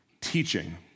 teaching